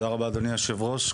תודה רבה אדוני יושב הראש.